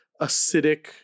acidic